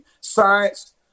science